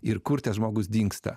ir kur tas žmogus dingsta